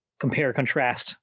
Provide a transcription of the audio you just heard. compare-contrast